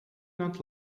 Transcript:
not